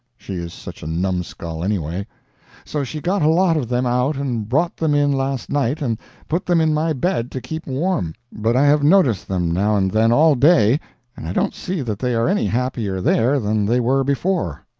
she is such a numbskull, anyway so she got a lot of them out and brought them in last night and put them in my bed to keep warm, but i have noticed them now and then all day and i don't see that they are any happier there then they were before,